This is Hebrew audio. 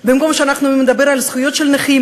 במקום שאנחנו נדבר על זכויות של נכים,